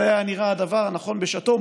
זה היה נראה הדבר הנכון בשעתו.